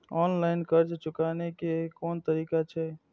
Online कर्ज चुकाने के कोन तरीका छै?